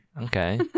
Okay